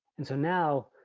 and so now,